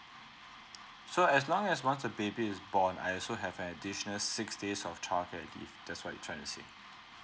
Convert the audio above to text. so as long as once the baby is born I also have additional six days of child care leave that's what you trying to say